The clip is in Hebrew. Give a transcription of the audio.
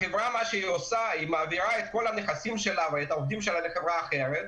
ואז החברה מעבירה את כל הנכסים שלה ואת העובדים שלה לחברה האחרת,